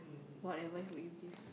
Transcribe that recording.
whatever would you give